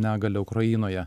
negalia ukrainoje